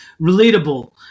relatable